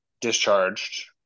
discharged